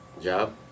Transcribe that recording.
job